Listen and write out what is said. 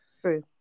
True